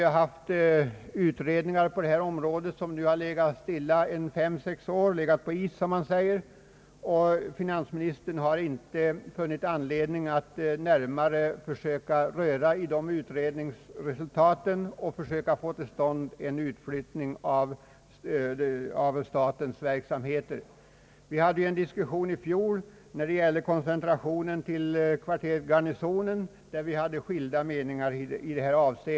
Det har gjorts utredningar på detta område, vilka nu, som man säger, har legat på is i fem—sex år. Finansministern har inte funnit anledning att närmare försöka röra i utredningsresultaten och försöka få till stånd en utflyttning av statens verksamheter. Vi hade i fjol en diskussion om koncentrationen till kvarteret Garnisonen, där det rådde skilda meningar.